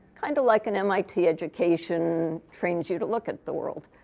kind of like an mit education trains you to look at the world.